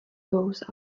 goes